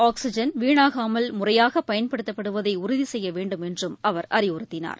oxygen வீணாகாமல் முறையாகபயன்படுத்தப்படுவதைஉறுதிசெய்யவேண்டும் என்றும் அவர் அறிவுறுத்தினார்